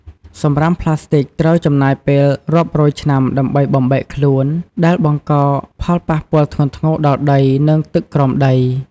សំរាមប្លាស្ទិកត្រូវចំណាយពេលរាប់រយឆ្នាំដើម្បីបំបែកខ្លួន ដែលបង្កផលប៉ះពាល់ធ្ងន់ធ្ងរដល់ដី និងទឹកក្រោមដី។